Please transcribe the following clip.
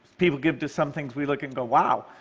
people give to some things. we look and go, wow.